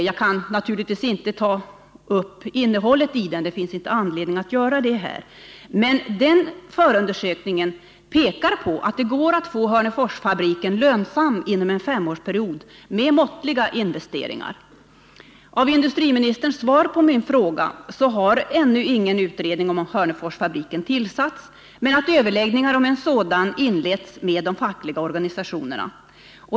Det finns ingen anledning att här redogöra för innehållet i denna undersökning, men jag vill ändå nämna att förundersökningen pekar på att det med måttliga investeringar går att få Hörneforsfabriken lönsam inom en femårsperiod. Av industriministerns svar framgår att någon utredning om Hörneforsfabriken ännu inte tillsatts men att överläggningar om en sådan inletts med de fackliga organisationerna.